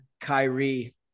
Kyrie